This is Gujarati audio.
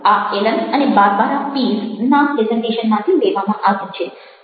આ એલન અને બાર્બારા પીઝ ના પ્રેઝન્ટેશનમાંથી લેવામાં આવ્યું છે